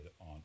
on